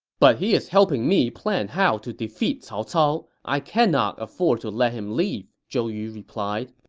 but he is helping me plan how to defeat cao cao i cannot afford to let him leave, zhou yu replied.